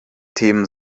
thema